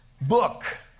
book